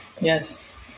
Yes